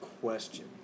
question